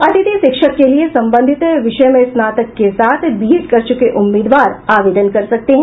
अतिथि शिक्षक के लिये संबंधित विषय में स्नातक के साथ बीएड कर चुके उम्मीदवार आवेदन कर सकते हैं